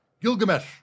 Gilgamesh